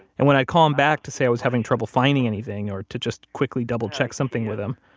and when i call him back to say i was having trouble finding anything, or to just quickly double check something with him,